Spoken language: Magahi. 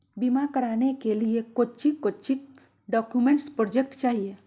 बीमा कराने के लिए कोच्चि कोच्चि डॉक्यूमेंट प्रोजेक्ट चाहिए?